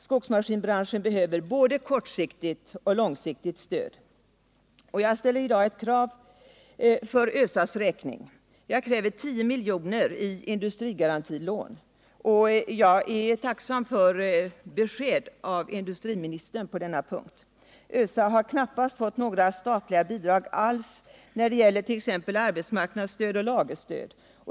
Skogsmaskinsbranschen behöver både långsiktigt och kortsiktigt stöd, och jag ställer i dag ett krav för ÖSA:s räkning — jag kräver 10 miljoner i industrigarantilån. Jag är tacksam för ett besked från industriministern på denna punkt. ÖSA har knappast fått några statliga bidrag i form av t.ex. arbetsmarknadsstöd och lagerstöd.